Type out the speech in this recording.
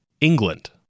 England